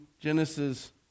Genesis